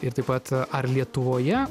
ir taip pat ar lietuvoje